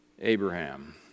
Abraham